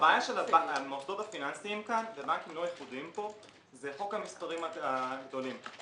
הבעיה של המוסדות הפיננסיים כאן --- זה חוק המספרים הגדולים.